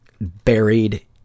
buried